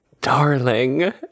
darling